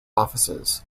offices